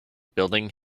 building